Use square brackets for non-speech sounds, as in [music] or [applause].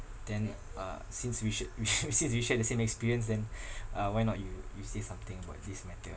then uh since we shou~ we shou~ [laughs] since we share the same experience then uh why not you you say something about this matter ah